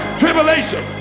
tribulation